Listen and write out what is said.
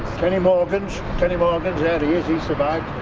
kenny morgans. kenny morgans, there he is, he survived,